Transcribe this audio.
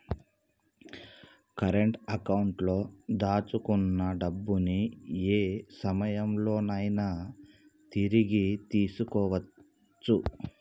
current అకౌంట్లో దాచుకున్న డబ్బుని యే సమయంలోనైనా తిరిగి తీసుకోవచ్చు